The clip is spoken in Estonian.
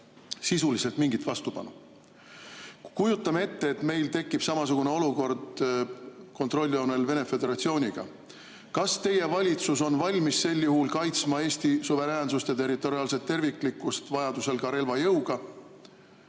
sisuliselt mingit vastupanu. Kujutame ette, et meil tekib samasugune olukord kontrolljoonel Vene Föderatsiooniga. Kas teie valitsus on valmis sel juhul kaitsma Eesti suveräänsust ja territoriaalset terviklikkust, vajadusel ka relva jõuga?